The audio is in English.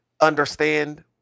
understand